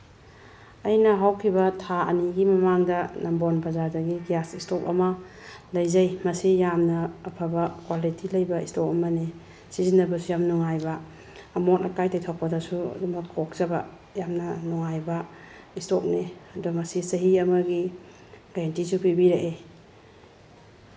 ꯑꯩꯅ ꯍꯧꯈꯤꯕ ꯊꯥ ꯑꯅꯤꯒꯤ ꯃꯃꯥꯡꯗ ꯅꯝꯕꯣꯜ ꯕꯖꯥꯔꯗꯒꯤ ꯒ꯭ꯌꯥꯁ ꯏꯁꯇꯣꯞ ꯑꯃ ꯂꯩꯖꯩ ꯃꯁꯤ ꯌꯥꯝꯅ ꯑꯐꯕ ꯀ꯭ꯋꯥꯂꯤꯇꯤ ꯂꯩꯕ ꯏꯁꯇꯣꯞ ꯑꯃꯅꯤ ꯁꯤꯖꯤꯟꯅꯕꯁꯨ ꯌꯥꯝ ꯅꯨꯡꯉꯥꯏꯕ ꯑꯃꯣꯠ ꯑꯀꯥꯏ ꯇꯩꯊꯣꯛꯄꯗꯁꯨ ꯑꯗꯨꯝꯃꯛ ꯀꯣꯛꯆꯕ ꯌꯥꯝꯅ ꯅꯨꯡꯉꯥꯏꯕ ꯏꯁꯇꯣꯞꯅꯤ ꯑꯗꯣ ꯃꯁꯤ ꯆꯍꯤ ꯑꯃꯒꯤ ꯋꯥꯔꯦꯟꯇꯤꯁꯨ ꯄꯤꯕꯤꯔꯛꯑꯦ